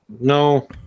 no